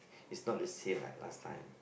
is not the same like last time